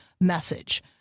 message